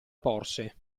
porse